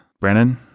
Brandon